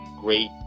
great